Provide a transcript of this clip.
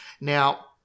now